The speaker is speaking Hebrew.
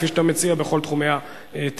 כפי שאתה מציע בכל תחומי התקשורת.